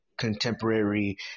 contemporary